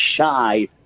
shy